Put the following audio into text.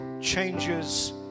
changes